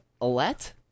Alette